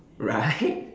right